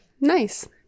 Nice